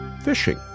Fishing